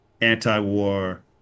anti-war